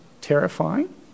terrifying